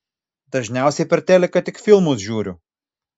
dažniausiai per teliką tik filmus žiūriu